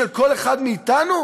של כל אחד מאתנו?